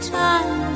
time